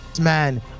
man